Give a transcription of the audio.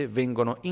vengono